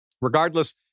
regardless